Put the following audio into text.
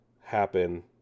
happen